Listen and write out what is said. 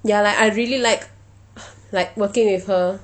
ya like I really like like working with her